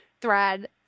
thread